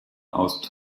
aus